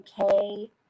okay